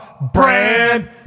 brand